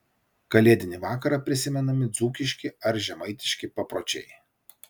kalėdinį vakarą prisimenami dzūkiški ar žemaitiški papročiai